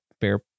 fair